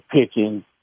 pitching